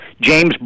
James